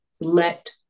let